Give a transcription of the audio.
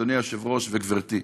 אדוני היושב-ראש וגברתי: